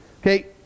okay